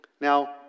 Now